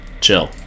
chill